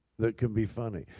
that could be funny.